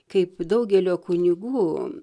kaip daugelio kunigų